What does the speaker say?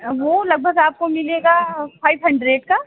वो लगभग आपको मिलेगा फाइव हंड्रेड का